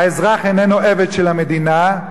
האזרח איננו עבד של המדינה,